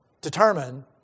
determine